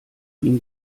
ihn